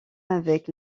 avec